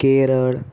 Kerala